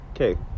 Okay